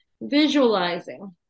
Visualizing